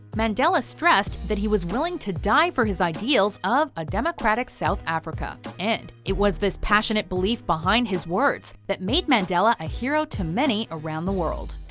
mandela stressed that he was willing to die for his ideals of a democratic south africa. and it was this passionate belief behind his words that made mandela ah hero to many around the world.